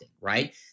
Right